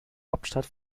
hauptstadt